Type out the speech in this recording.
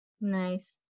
Nice